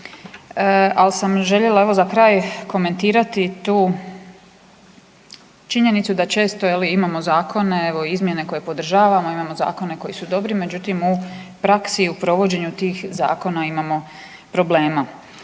ali sam željela, evo za kraj, komentirati tu činjenicu da često, je li, imamo zakone, evo, izmjene koje podržavamo, imamo zakone koji su dobri, međutim, u praksi u provođenju tih zakona imamo problema.